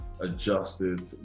Adjusted